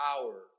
power